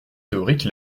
théorique